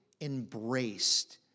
embraced